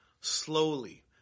Slowly